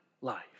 life